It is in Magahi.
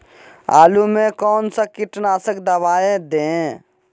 आलू में कौन सा कीटनाशक दवाएं दे?